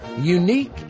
Unique